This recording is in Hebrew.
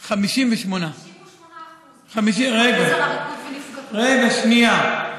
58%. 58%. רגע, רגע, שנייה.